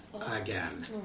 again